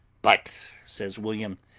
but, says william,